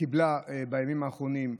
קיבלה בימים האחרונים.